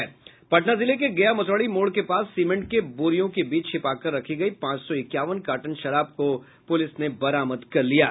पटना जिले के गया मसौढ़ी मोड़ के पास सीमेंट के बोरियों के बीच छिपाकर रखी गयी पांच सौ इक्यावन कार्टन शराब को पुलिस ने बरामद किया है